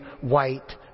white